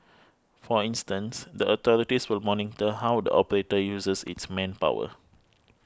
for instance the authorities will monitor how the operator uses its manpower